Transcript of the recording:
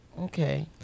Okay